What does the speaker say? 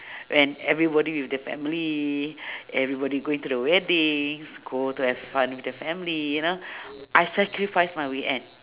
when everybody with the family everybody going to the weddings go to have fun with the family you know I sacrifice my weekend